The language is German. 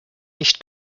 nicht